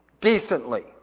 Decently